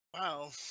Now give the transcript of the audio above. Wow